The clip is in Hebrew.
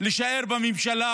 להישאר בממשלה,